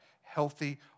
healthy